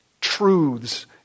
truths